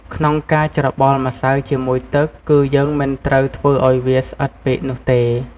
ក្នុងការច្របល់ម្សៅជាមួយទឹក គឺយើងមិនត្រូវធ្វើឱ្យវាស្អិតពេកនោះទេ។